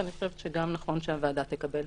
ואני חושבת שגם נכון שהוועדה תקבל.